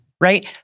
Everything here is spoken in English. right